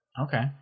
Okay